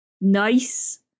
Nice